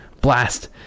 Blast